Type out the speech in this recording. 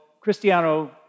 Cristiano